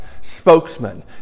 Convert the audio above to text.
spokesman